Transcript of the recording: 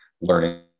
learning